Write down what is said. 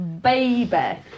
baby